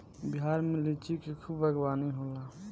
बिहार में लिची के खूब बागवानी होला